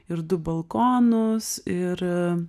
ir du balkonus ir